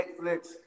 Netflix